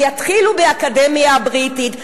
ויתחילו באקדמיה הבריטית,